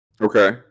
Okay